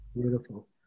Beautiful